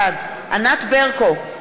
בעד ענת ברקו,